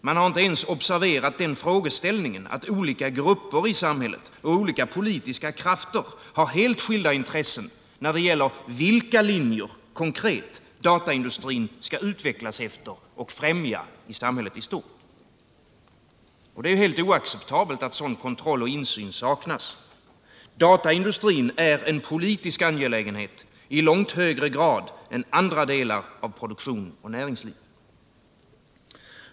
Man har inte ens observerat den frågeställningen att olika grupper i samhället och olika politiska krafter har helt skilda intressen när det gäller vilka linjer dataindustrin konkret skall utvecklas efter och främja i samhället i stort. Det är helt oacceptabelt att sådan kontroll och insyn saknas. Dataindustrin är en politisk angelägenhet i långt högre grad än andra delar av produktion och näringsliv.